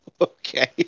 Okay